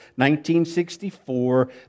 1964